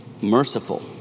merciful